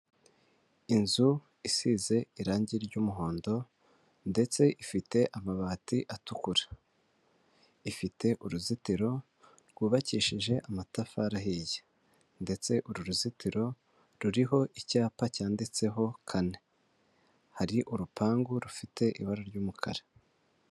Inzu isize irangi ry'umuhondo ndetse ifite amabati atukura, ifite uruzitiro rwubakishije amatafari ahiye ndetse uru ruzitiro ruriho icyapa cyanditseho kane. Hari urupangu rufite ibara ry'umukara.